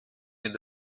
mit